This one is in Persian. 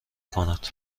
کند